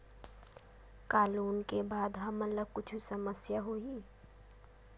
का लोन ले के बाद हमन ला कुछु समस्या होही?